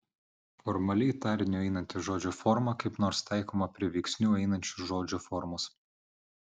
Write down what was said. formaliai tariniu einanti žodžio forma kaip nors taikoma prie veiksniu einančios žodžio formos